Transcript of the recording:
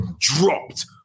dropped